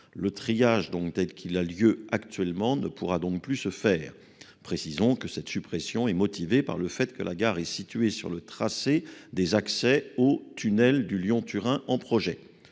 Le triage, tel qu'il a lieu pour l'instant, ne pourra donc plus se faire. Précisons que cette suppression est motivée par le fait que la gare est située sur le tracé des accès au tunnel du Lyon-Turin en projet.